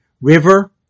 River